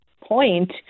point